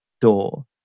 door